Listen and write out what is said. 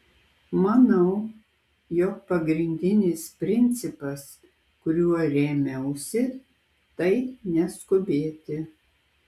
manau jog pagrindinis principas kuriuo rėmiausi tai neskubėti